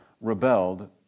rebelled